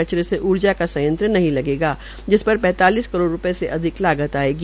कचरे से ऊर्जा का संयंत्र नहीं लगेगा जिस पर पैंतालिस करोड़ रूपये से अधिक लागत आयेगी